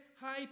high